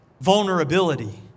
vulnerability